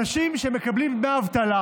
אנשים שמקבלים דמי אבטלה